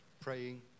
praying